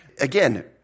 again